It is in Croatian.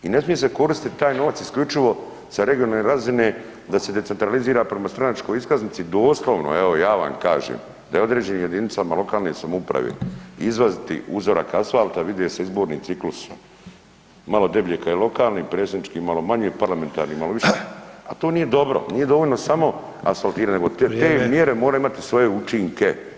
I ne smije se koristiti taj novac isključivo sa regionalne razine da se decentralizira prema stranačkoj iskaznici, doslovno, evo, ja vam kažem da je određenim jedinicama lokalne samouprave izvaditi uzorak asfalta, vidio je izborni ciklusi, malo deblje kad je lokalni, predsjednički malo manje, parlamentarni malo više, ali to nije dobro, nije dovoljno samo asfaltirati nego [[Upadica: Vrijeme.]] te mjere moraju imati svoje učinke.